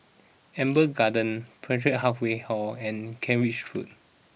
Amber Garden Pertapis Halfway House and Kent Ridge Road